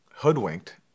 hoodwinked